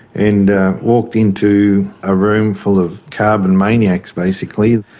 and walked into a room full of carbon maniacs basically.